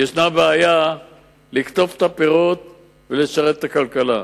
יש בעיה לקטוף את הפירות ולשרת את הכלכלה.